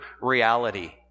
reality